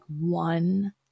one